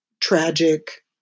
tragic